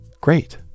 Great